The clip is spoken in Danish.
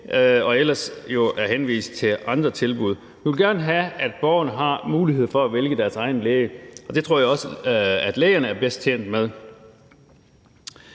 og ellers er henvist til andre tilbud. Vi vil gerne have, at borgerne har mulighed for at vælge deres egen læge, og det tror jeg også at lægerne er bedst tjent med.